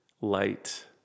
light